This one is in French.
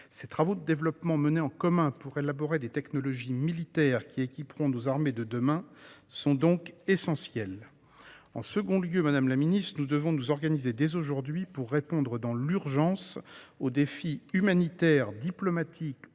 Ces travaux de développement menés en commun pour élaborer les technologies militaires qui équiperont nos armées demain sont essentiels. De plus, madame la secrétaire d'État, nous devons nous organiser dès à présent pour répondre dans l'urgence au défi humanitaire, diplomatique,